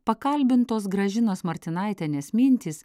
pakalbintos gražinos martinaitienės mintys